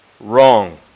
wrong